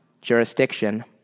jurisdiction